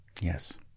Yes